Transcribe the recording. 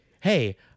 hey